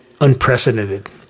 unprecedented